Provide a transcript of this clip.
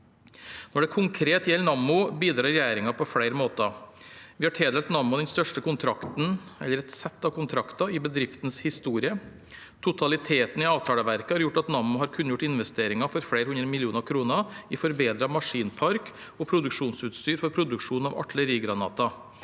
Når det konkret gjelder Nammo, bidrar regjeringen på flere måter. Vi har tildelt Nammo den største kontrakten, et sett av kontrakter, i bedriftens historie. Totaliteten i avtaleverket har gjort at Nammo har kunngjort investeringer for flere hundre millioner kroner i forbedret maskinpark og produksjonsutstyr for produksjon av artillerigranater.